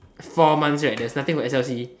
four months right there's nothing for s_l_c